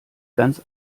ganz